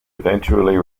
eventually